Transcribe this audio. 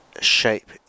shape